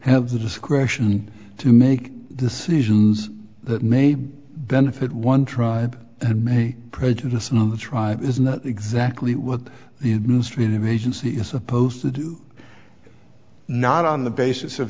have the discretion to make decisions that may be benefit one tribe and may prejudice another tribe is not exactly what the administrative agency is supposed to do not on the basis of